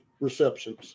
receptions